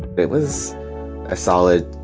it was a solid,